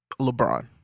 LeBron